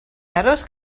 aros